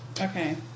Okay